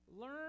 Learn